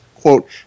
quote